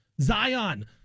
Zion